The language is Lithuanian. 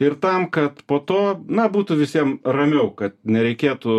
ir tam kad po to na būtų visiem ramiau kad nereikėtų